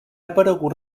aparegut